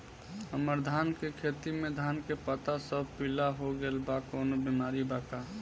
हमर धान के खेती में धान के पता सब पीला हो गेल बा कवनों बिमारी बा का?